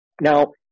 Now